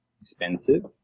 expensive